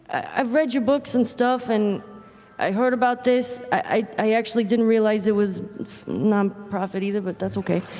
i've read your books and stuff and i heard about this. i actually didn't realize it was nonprofit either but that's okay.